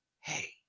hey